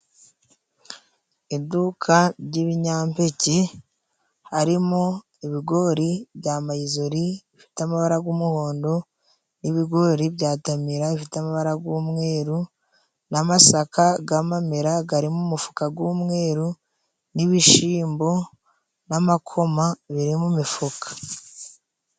Iduka ry'ibinyampeke harimo ibigori bya mayizori bifite amabara g'umuhondo, n'ibigori bya tamira biite amabara g'umweru, n'amasaka g'amamera gari mu mufuka g'umweru, n'ibishimbo n'amakoma biri mu mifuka.